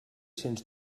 sents